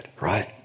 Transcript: right